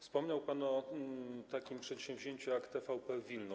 Wspominał pan o takim przedsięwzięciu jak TVP Wilno.